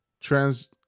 trans